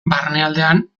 barnealdean